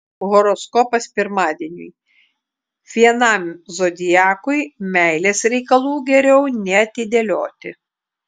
horoskopas pirmadieniui vienam zodiakui meilės reikalų geriau neatidėlioti